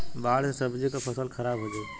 बाढ़ से सब्जी क फसल खराब हो जाई